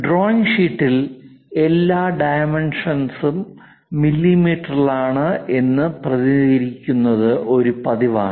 drawing ഷീറ്റിൽ എല്ലാ dimensions മില്ലീമീറ്ററിലാണ് എന്നത് പ്രതിനിധീകരിക്കുന്നത് ഒരു പതിവാണ്